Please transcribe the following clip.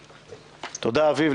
תודה, אביב.